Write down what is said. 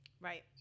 Right